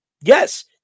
yes